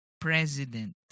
president